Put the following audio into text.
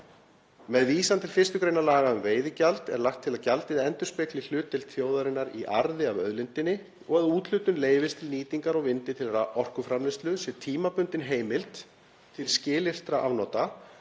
Með vísan til 1. gr. laga um veiðigjald er lagt til að gjaldið endurspegli hlutdeild þjóðarinnar í arði af auðlindinni og að úthlutun leyfis til nýtingar á vindi til orkuframleiðslu sé tímabundin heimild til skilyrtra afnota